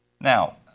Now